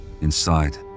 Inside